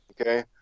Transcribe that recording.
Okay